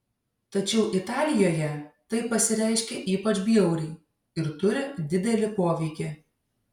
tačiau italijoje tai pasireiškia ypač bjauriai ir turi didelį poveikį